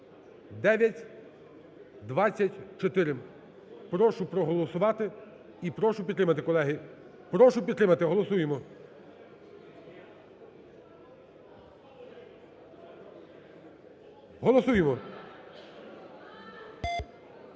4924. Прошу проголосувати і прошу підтримати, колеги. Прошу підтримати. Голосуємо. Голосуємо.